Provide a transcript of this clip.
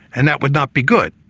and that would not be good.